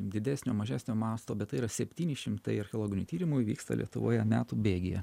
didesnio mažesnio masto bet tai yra septyni šimtai archeologinių tyrimų įvyksta lietuvoje metų bėgyje